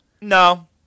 No